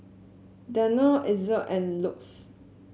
Danone Ezion and Lux